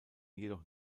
jedoch